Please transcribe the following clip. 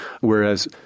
Whereas